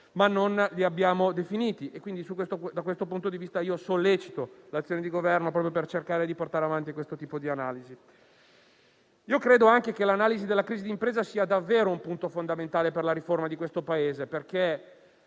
ma non li abbiamo definiti. Sollecito quindi l'azione di Governo proprio per cercare di portare avanti questo tipo di analisi. Credo che l'analisi della crisi d'impresa sia davvero un punto fondamentale per la riforma di questo Paese, perché